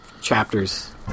chapters